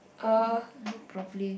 look properly